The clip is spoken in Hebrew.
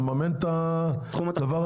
אני פחות מכיר את תחום התחבורה.